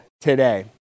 today